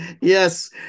Yes